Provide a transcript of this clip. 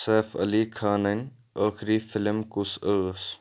safe Ali خانٕنۍ ٲخری film کُس ٲسۍ